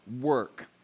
work